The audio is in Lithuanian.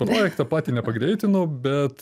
projektą patį nepagreitino bet